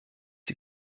die